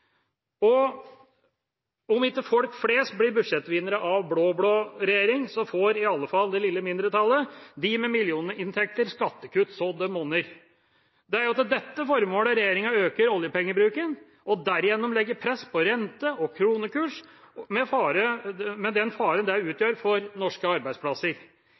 angrefrist. Om ikke folk flest blir budsjettvinnere med en blå-blå regjering, får i alle fall det lille mindretallet, det med millioninntekter, skattekutt så det monner. Det er for dette formålet regjeringa øker oljepengebruken og derigjennom legger press på rente og kronekurs, med den faren dette utgjør for norske arbeidsplasser.